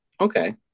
okay